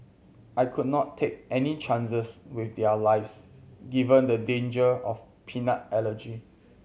I could not take any chances with their lives given the danger of peanut allergy